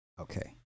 okay